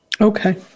Okay